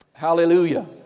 Hallelujah